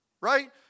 right